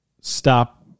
Stop